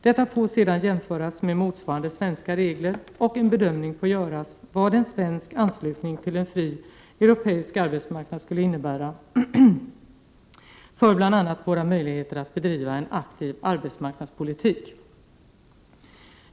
Detta får sedan jämföras med motsvarande svenska regler, och en bedömning får göras av vad en svensk anslutning till en fri europeisk arbetsmarknad skulle innebära för bl.a. våra möjligheter att bedriva en aktiv arbetsmarknadspolitik.